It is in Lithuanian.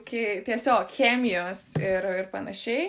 iki tiesiog chemijos ir panašiai